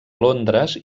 londres